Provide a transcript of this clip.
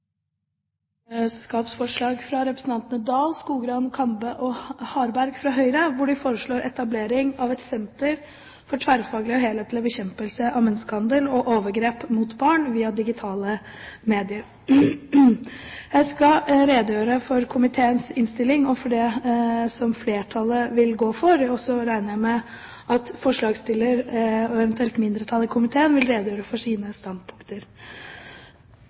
representantforslag fra representantene Oktay Dahl, Skogrand, Kambe og Harberg fra Høyre, hvor de foreslår etablering av et senter for tverrfaglig og helhetlig bekjempelse av menneskehandel og overgrep mot barn via digitale medier. Jeg skal redegjøre for komiteens innstilling og for det som flertallet vil gå inn for, og så regner jeg med at forslagsstillerne og eventuelt mindretallet i komiteen vil redegjøre for sine standpunkter.